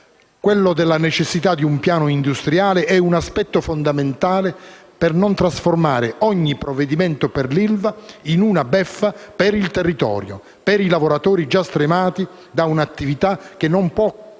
quello della necessità di un piano industriale è un aspetto fondamentale per non trasformare ogni provvedimento per l'ILVA in una beffa per il territorio, per i lavoratori già stremati da un'attività che non può più